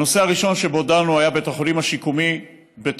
הנושא הראשון שבו דנו היה בית החולים השיקומי בטבריה,